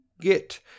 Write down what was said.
get